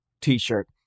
T-shirt